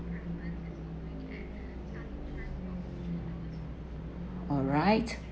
alright